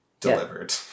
delivered